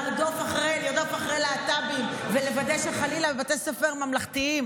לרדוף אחרי להט"בים ולוודא שחלילה בבתי ספר ממלכתיים